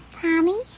Tommy